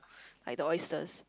like the oysters